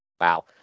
wow